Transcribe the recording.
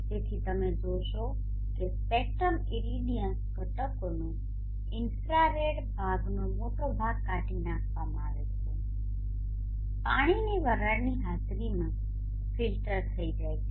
તેથી તમે જોશો કે સ્પેક્ટ્રમ ઇરેડિયન્સ ઘટકોનો ઇન્ફ્રારેડ ભાગનો મોટો ભાગ કાઢી નાખવામાં આવે છે પાણીની વરાળની હાજરીમાં ફિલ્ટર થઈ જાય છે